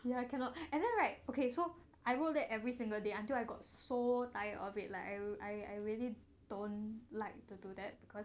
ya cannot and then right okay so I wrote that every single day until I got so tired of it like I I I really don't like the do that because